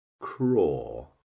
craw